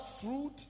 fruit